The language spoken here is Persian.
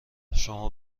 شما